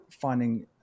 finding